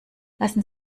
lassen